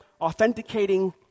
authenticating